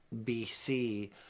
BC